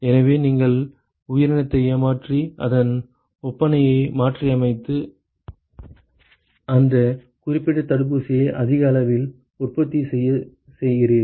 எனவே நீங்கள் உயிரினத்தை ஏமாற்றி அதன் ஒப்பனையை மாற்றியமைத்து அந்த குறிப்பிட்ட தடுப்பூசியை அதிக அளவில் உற்பத்தி செய்யச் செய்கிறீர்கள்